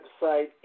website